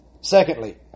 Secondly